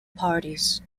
parties